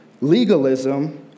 Legalism